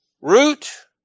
Root